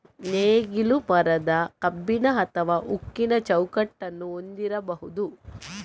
ನೇಗಿಲು ಮರದ, ಕಬ್ಬಿಣ ಅಥವಾ ಉಕ್ಕಿನ ಚೌಕಟ್ಟನ್ನು ಹೊಂದಿರಬಹುದು